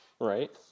Right